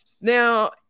Now